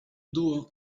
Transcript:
duo